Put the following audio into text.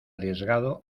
arriesgado